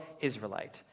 Israelite